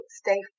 stay